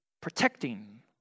protecting